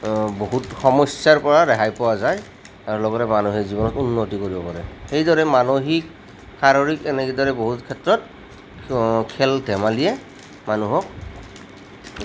বহুত সমস্যাৰ পৰা ৰেহাই পোৱা যায় তাৰ লগতে মানুহে জীৱনত উন্নতি কৰিব পাৰে সেইদৰে মানসিক শাৰীৰিক এনেদৰে বহুত ক্ষেত্ৰত খেল ধেমালিয়ে মানুহক